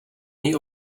něj